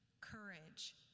courage